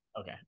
Okay